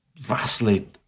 vastly